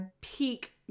Peak